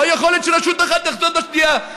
לא יכול להיות שרשות אחת תחתור תחת השנייה.